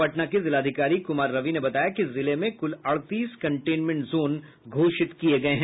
पटना के जिलाधिकारी कुमार रवि ने बताया कि जिले में कुल अड़तीस कनटेंमेंट जोन घोषित किये जा चुके हैं